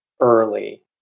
early